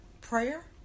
Prayer